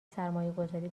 سرمایهگذاری